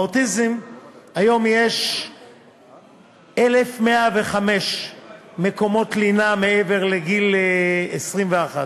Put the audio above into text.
היום יש 1,105 מקומות לינה המיועדים לאוטיסטים מעבר לגיל 21,